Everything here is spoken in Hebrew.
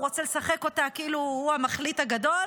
הוא רוצה לשחק אותה כאילו הוא המחליט הגדול.